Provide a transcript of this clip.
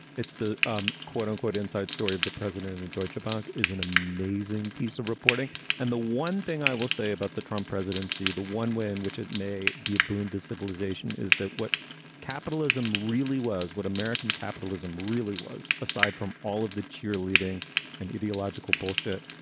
it's the um quote unquote, inside story of the president of and the deutschebank is an amazing piece of reporting. and the one thing i will say about the trump presidency, the one win, which it may be a boon to civilization, is that what capitalism really was, what american capitalism really was? aside from all of the cheerleading and ideological bullshit,